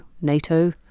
NATO